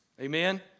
Amen